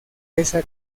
esa